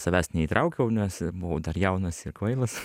savęs neįtraukiau nes buvau dar jaunas ir kvailas